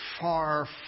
far